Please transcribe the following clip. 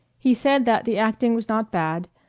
he said that the acting was not bad,